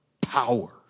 power